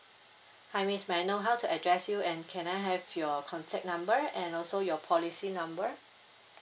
hi miss may I know how to address you and can I have your contact number and also your policy number